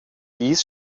dies